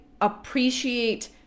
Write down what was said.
appreciate